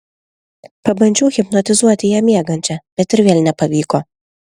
pabandžiau hipnotizuoti ją miegančią bet ir vėl nepavyko